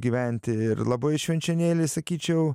gyventi ir labai švenčionėliai sakyčiau